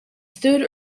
stood